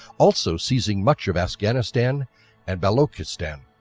also seizing much of afghanistan and balochistan.